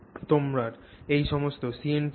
তোমার এই সমস্ত CNT রয়েছে